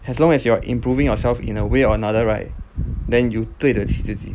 as long as you are improving yourself in a way or another right then you 对得起自己